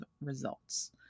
results